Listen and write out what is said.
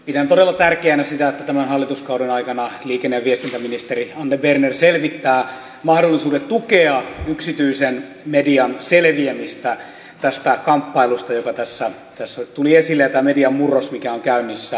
pidän todella tärkeänä sitä että tämän hallituskauden aikana liikenne ja viestintäministeri anne berner selvittää mahdollisuudet tukea yksityisen median selviämistä tästä kamppailusta joka tässä tuli esille ja tästä median murroksesta mikä on käynnissä